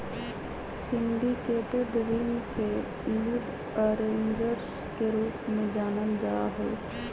syndicated ऋण के lead arrangers के रूप में जानल जा हई